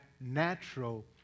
natural